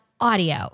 audio